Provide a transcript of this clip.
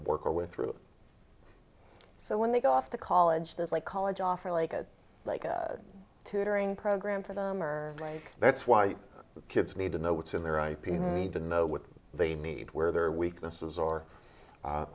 worker with through so when they go off to college there's like college offer like a like a tutoring program for them or like that's why kids need to know what's in their ip need to know what they need where their weaknesses are